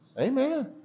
Amen